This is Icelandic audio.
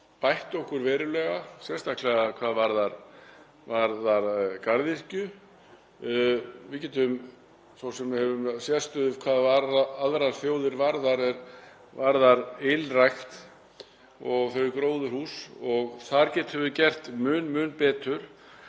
bætt okkur verulega, sérstaklega hvað varðar garðyrkju. Við höfum sérstöðu miðað við aðrar þjóðir er varðar ylrækt og gróðurhús og þar getum við gert mun betur.